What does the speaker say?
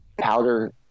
powder